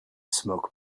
smoke